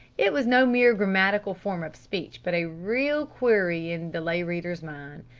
it was no mere grammatical form of speech but a real query in the lay reader's mind.